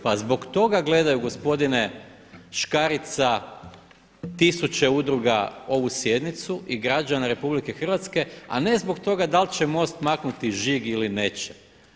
Pa zbog toga gledaju gospodine Škarica tisuće udruga ovu sjednicu i građana RH, a ne zbog toga dal će MOST maknuti žig ili nećete.